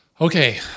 Okay